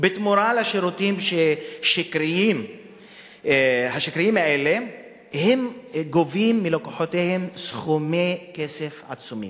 ובתמורה לשירותים השקריים האלה הם גובים מלקוחותיהם סכומי כסף עצומים.